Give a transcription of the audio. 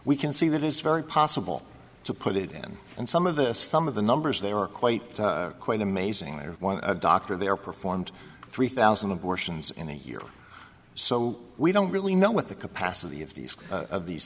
we can see that it's very possible to put it in and some of the some of the numbers there are quite quite amazing that one doctor there performed three thousand abortions in a year so we don't really know what the capacity of these of these